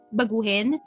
baguhin